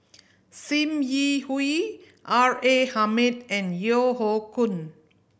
Sim Yi Hui R A Hamid and Yeo Hoe Koon